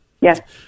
yes